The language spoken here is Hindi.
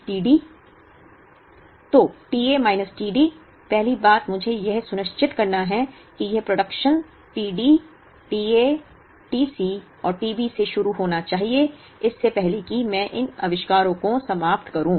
तो t A minus t D पहली बात मुझे यह सुनिश्चित करना है कि ये productions t D t A t C और t B शुरू होना चाहिए इससे पहले कि मैं इन आविष्कारों को समाप्त करूं